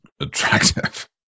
Attractive